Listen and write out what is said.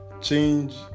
change